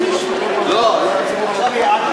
שינוי שמו של קטין),